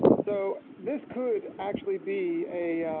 so this could actually be a